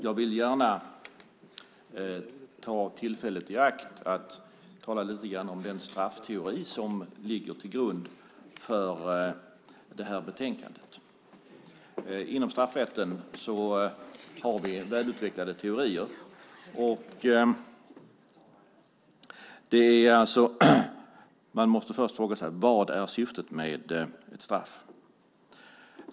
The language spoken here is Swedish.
Jag vill gärna ta tillfället i akt att tala lite grann om den straffteori som ligger till grund för betänkandet. Inom straffrätten har vi välutvecklade teorier. Man måste först fråga sig: Vad är syftet med straff?